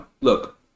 Look